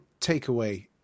takeaway